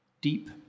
deep